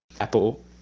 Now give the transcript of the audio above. Apple